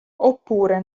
oppure